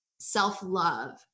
self-love